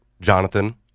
Jonathan